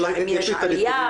האם יש עלייה?